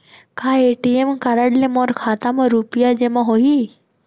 का ATM card ले मोर खाता म रुपिया जेमा हो जाही?